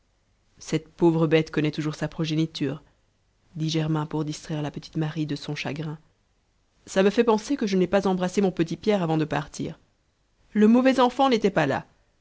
cette pauvre bête connaît toujours sa progéniture dit germain pour distraire la petite marie de son chagrin ça me fait penser que je n'ai pas embrassé mon petit pierre avant de partir le mauvais enfant n'était pas là